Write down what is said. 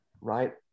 right